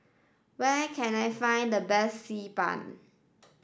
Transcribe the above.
where can I find the best Xi Ban